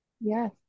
Yes